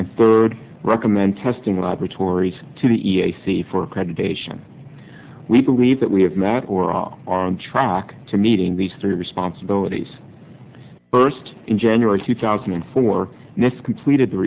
and third recommend testing laboratories to the e c for accreditation we believe that we have met or are on track to meeting these three responsibilities first in january two thousand and four and this completed the